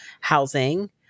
housing